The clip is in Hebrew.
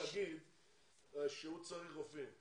זה לא חוכמה להגיד שהוא צריך רופאים,